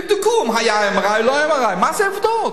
תבדקו, אם היה MRI או לא היה MRI. מה זה עובדות?